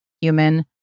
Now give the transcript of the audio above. human